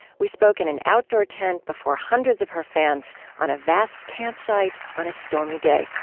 we spoke in an outdoor tent before hundreds of her fans on a vast campsite on a stormy day